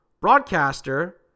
broadcaster